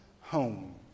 home